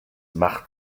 mach